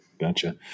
Gotcha